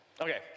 Okay